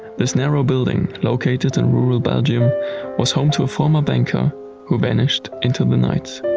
this narrow building located in rural belgium was home to a former banker who vanished into the night.